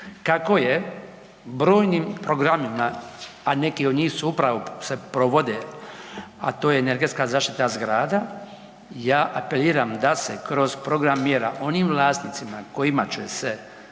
Kako je brojnim programima, a neki od njih upravo se provode, a to je energetska zaštita zgrada, ja apeliram da se kroz program mjera onim vlasnicima kojima će se